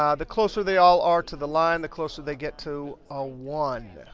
um the closer they all are to the line, the closer they get to a one.